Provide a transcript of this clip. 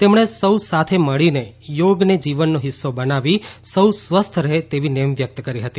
તેમણે સૌ સાથે મળીન યોગને જીવનનો હિસ્સો બનાવી સૌ સ્વસ્થ રહે તેવી નેમ વ્યક્ત કરી હતી